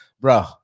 bro